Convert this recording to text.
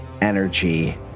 energy